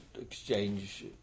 exchange